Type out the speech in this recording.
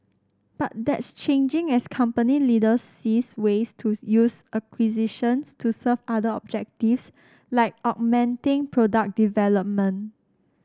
but that's changing as company leaders sees ways to use acquisitions to serve other objectives like augmenting product development